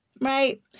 right